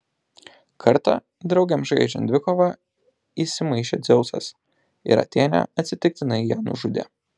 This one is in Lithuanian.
kartą draugėms žaidžiant dvikovą įsimaišė dzeusas ir atėnė atsitiktinai ją nužudė